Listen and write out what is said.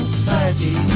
Society